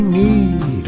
need